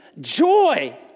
Joy